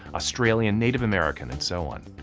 australian native american and so on.